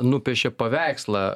nupiešė paveikslą